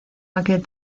aquel